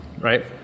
right